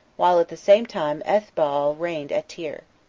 while at the same time ethbaal reigned at tyre.